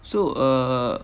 so err